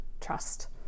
trust